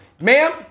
ma'am